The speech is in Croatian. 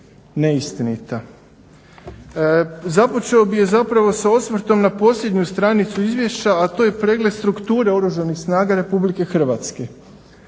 neistinita. Započeo bih je zapravo s osvrtom na posljednju stranicu izvješća, a to je pregled strukture Oružanih snaga Republike Hrvatske.